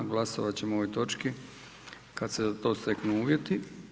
Glasovat ćemo o ovoj točki kad se za to steknu uvjeti.